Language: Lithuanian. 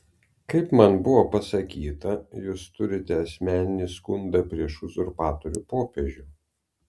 kaip man buvo pasakyta jūs turite asmeninį skundą prieš uzurpatorių popiežių